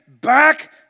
back